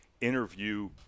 interview